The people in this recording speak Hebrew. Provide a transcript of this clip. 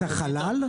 את החלל?